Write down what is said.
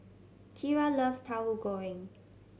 Kira loves Tauhu Goreng